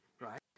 right